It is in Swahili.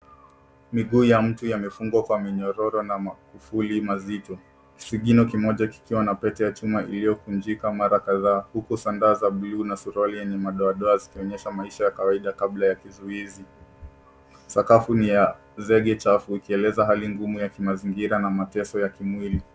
Miguu ya mtu yamefungwa kwa minyororo na makufuli mazito. Kisigino kimoja kikiwa na pete ya chuma iliyovunjika mara kadhaa huku sandaa za bluu na suruali yenye madoadoa zikionyesha maisha ya kawaida kabla ya kizuizi. Sakafu ni ya zege chafu ikieleza hali ngumu ya kimazingira na mateso ya kimwili.